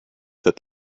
that